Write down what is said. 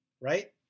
right